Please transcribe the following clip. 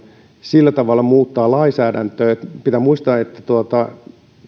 sillä tavalla muuttamaan lainsäädäntöä pitää muistaa että